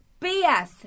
BS